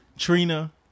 Trina